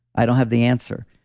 i don't have the answer.